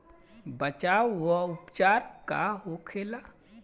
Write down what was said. बचाव व उपचार का होखेला?